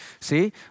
See